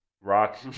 rock